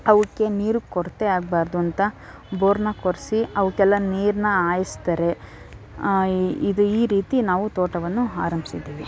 ಅವಕ್ಕೆ ನೀರು ಕೊರತೆ ಆಗಬಾರ್ದು ಅಂತ ಬೋರನ್ನ ಕೊರೆಸಿ ಅವಕ್ಕೆಲ್ಲ ನೀರನ್ನ ಹಾಯ್ಸ್ತಾರೆ ಇದು ಈ ರೀತಿ ನಾವು ತೋಟವನ್ನು ಆರಂಭಿಸಿದ್ದೀವಿ